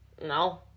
no